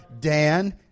Dan